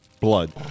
blood